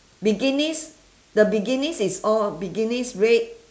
bikinis the bikinis is all bikinis red